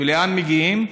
ולאן מגיעים?